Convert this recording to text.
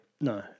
No